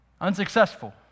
Unsuccessful